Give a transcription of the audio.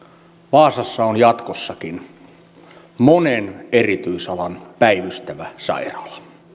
vaasassa on jatkossakin monen erityisalan päivystävä sairaala